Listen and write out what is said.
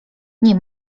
nie